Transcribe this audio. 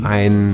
ein